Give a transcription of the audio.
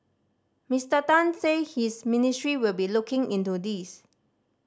Mister Tan said his ministry will be looking into this